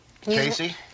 Casey